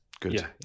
Good